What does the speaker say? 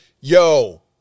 Yo